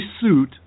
suit